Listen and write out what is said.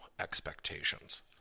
expectations